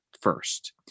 first